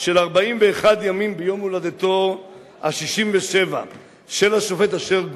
של 41 ימים ביום הולדתו ה-67 של השופט אשר גרוניס,